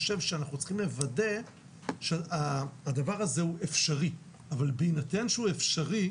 צריך כאן היערכות לוגיסטית